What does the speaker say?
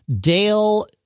Dale